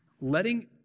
letting